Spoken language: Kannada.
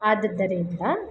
ಆದುದ್ದರಿಂದ